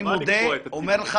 אני אומר לך